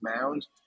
Mound